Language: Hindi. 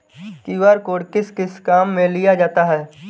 क्यू.आर कोड किस किस काम में लिया जाता है?